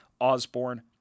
Osborne